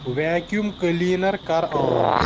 vacuum cleaner کر آن